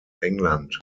england